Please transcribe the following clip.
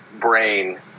brain